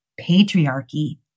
patriarchy